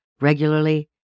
regularly